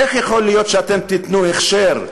איך יכול להיות שאתם תיתנו הכשר,